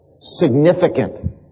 significant